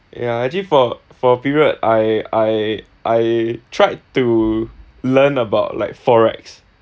yeah actually for for a period I I I tried to learn about like forex